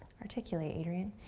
articulate adriene.